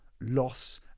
loss